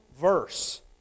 verse